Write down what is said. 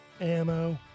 ammo